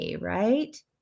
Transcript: right